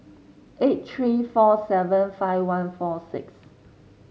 eight three four seven five one four six